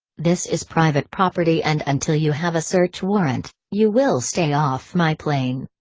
this is private property and until you have a search warrant, you will stay off my plane.